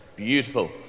Beautiful